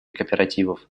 кооперативов